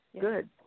Good